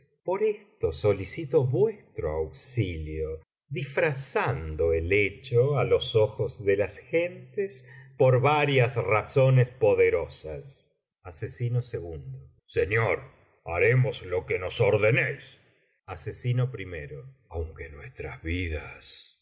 por esto solicito vuestro auxilio disfrazando el hecho á los ojos de las gentes por varias razones poderosas señor haremos lo que nos ordenéis aunque nuestras vidas